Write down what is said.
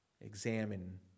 examine